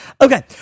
Okay